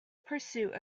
pursue